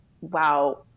wow